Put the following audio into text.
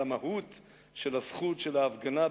על המהות של זכות ההפגנה,